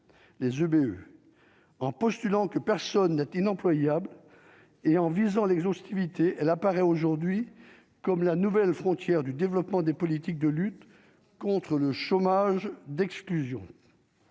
les EBE en postulant que personne n'est inemployable et en visant l'exhaustivité, elle apparaît aujourd'hui comme la nouvelle frontière du développement des politiques de lutte contre le chômage d'exclusion.